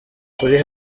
kuri